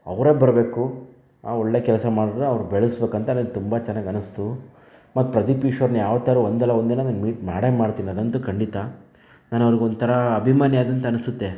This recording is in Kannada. ಅವರೇ ಬರ್ಬೇಕು ಆ ಒಳ್ಳೆಯ ಕೆಲಸ ಮಾಡಿದರೆ ಅವರು ಬೆಳೆಸ್ಬೇಕು ಅಂತ ನನಗೆ ತುಂಬ ಚೆನ್ನಾಗಿ ಅನ್ನಿಸ್ತು ಮತ್ತು ಪ್ರದೀಪ್ ಈಶ್ವರ್ನ ಯಾವತ್ತಾದ್ರು ಒಂದಲ್ಲ ಒಂದು ದಿನ ನಾನು ಮೀಟ್ ಮಾಡೇ ಮಾಡ್ತೀನಿ ಅದಂತೂ ಖಂಡಿತ ನಾನು ಅವರಿಗೆ ಒಂಥರ ಅಭಿಮಾನಿ ಆದೆ ಅಂತನ್ನಿಸುತ್ತೆ